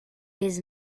his